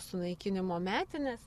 sunaikinimo metines